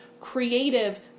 creative